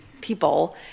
people